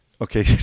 Okay